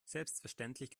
selbstverständlich